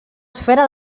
esfera